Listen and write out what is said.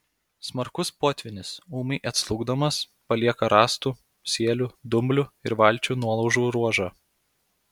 smarkus potvynis ūmiai atslūgdamas palieka rąstų sielių dumblių ir valčių nuolaužų ruožą